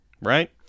right